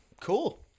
Cool